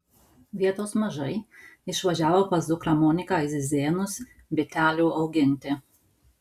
vietos mažai išvažiavo pas dukrą moniką į zizėnus bitelių auginti